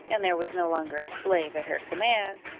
and there was no longer a slave at her command,